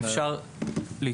אם אפשר להתייחס.